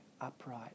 upright